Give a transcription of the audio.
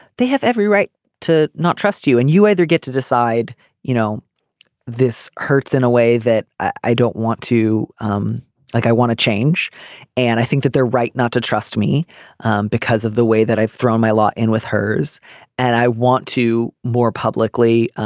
they have every right to not trust you and you either get to decide you know this hurts in a way that i don't want to um like i want to change and i think that they're right not to trust me because of the way that i've thrown my law in with hers and i want to more publicly